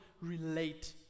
relate